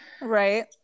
right